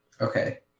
Okay